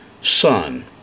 Son